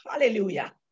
Hallelujah